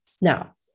Now